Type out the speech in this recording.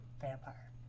Vampire